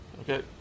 Okay